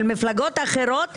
של מפלגות אחרות,